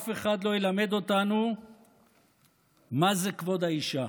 אף אחד לא ילמד אותנו מה זה כבוד האישה.